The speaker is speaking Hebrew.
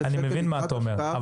שקלים --- אני מבין מה אתה אומר,